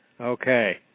Okay